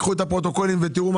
תקראו את הפרוטוקולים ותראו.